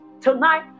Tonight